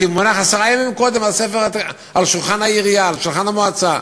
מונח עשרה ימים על שולחן העירייה או על שולחן המועצה.